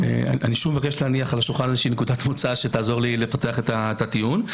אני מבקש להניח על השולחן נקודת מוצא שתעזור לי לפתח את הטיעון.